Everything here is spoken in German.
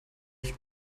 euch